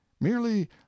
merely